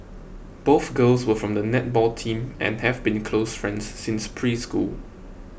both girls were from the netball team and have been close friends since preschool